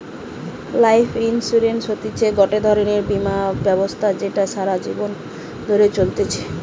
life insurance হতিছে গটে ধরণের বীমা ব্যবস্থা যেটা সারা জীবন ধরে চলতিছে